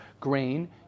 grain